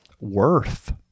worth